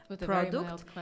product